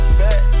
back